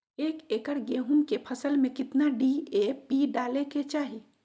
एक एकड़ गेहूं के फसल में कितना डी.ए.पी डाले के चाहि?